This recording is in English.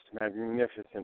magnificent